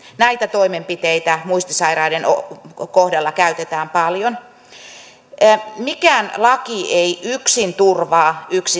näitä toimenpiteitä muistisairaiden kohdalla käytetään paljon mikään laki ei yksin turvaa